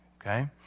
Okay